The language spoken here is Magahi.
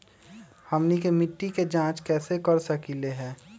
हमनी के मिट्टी के जाँच कैसे कर सकीले है?